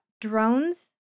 drones